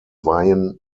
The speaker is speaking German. weihen